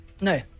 no